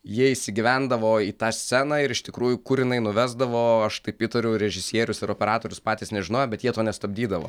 jie įsigyvendavo į tą sceną ir iš tikrųjų kur jinai nuvesdavo aš taip įtariu režisierius ir operatorius patys nežinojo bet jie to nestabdydavo